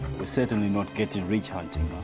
we're certainly not getting rich hunting